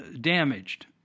damaged